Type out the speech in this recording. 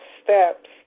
steps